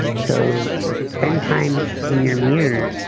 so spend time in your mirror,